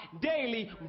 daily